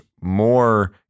more